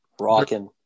Rocking